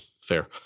Fair